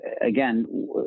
again